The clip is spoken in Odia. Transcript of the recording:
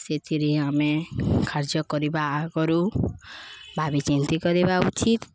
ସେଥିରେ ଆମେ କାର୍ଯ୍ୟ କରିବା ଆଗରୁ ଭାବି ଚିନ୍ତି କରିବା ଉଚିତ